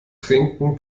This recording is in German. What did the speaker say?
trinken